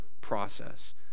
process